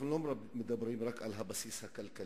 אנחנו לא מדברים רק על הבסיס הכלכלי.